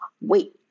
wait